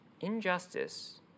Injustice